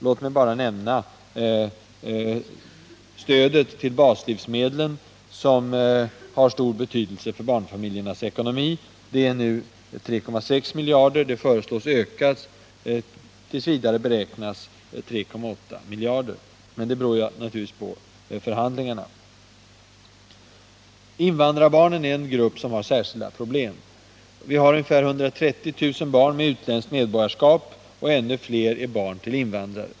Låt mig bara nämna stödet till baslivsmedlen, som har stor betydelse för barnfamiljernas ekonomi. Det är nu 3,6 miljarder. Det föreslås ökas. T. v. beräknas 3,8 miljarder, men beloppet beror naturligtvis på utgången av förhandlingarna. Invandrarbarnen är en grupp som har särskilda problem. Vi har i vårt land ungefär 130 000 barn med utländskt medborgarskap. Ännu fler är barn till invandrare.